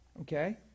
okay